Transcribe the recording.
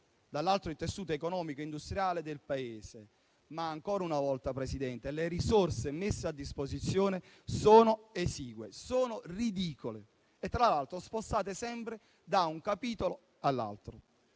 nazionali e il tessuto economico industriale del Paese, ma ancora una volta, signor Presidente, le risorse messe a disposizione sono esigue, ridicole e, tra l'altro, spostate sempre da un capitolo all'altro.